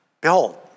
Behold